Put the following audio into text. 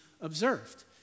observed